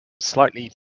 slightly